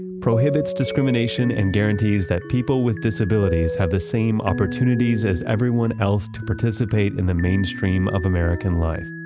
prohibits discrimination and guarantees that people with disabilities have the same opportunities as everyone else to participate in the mainstream of american life.